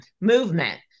movement